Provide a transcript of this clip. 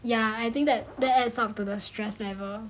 ya I think that that adds up to the stress level